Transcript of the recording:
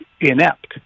inept